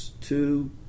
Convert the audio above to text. Two